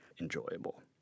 enjoyable